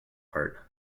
heart